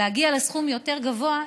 להגיע לסכום יותר גבוה,